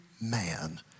man